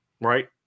right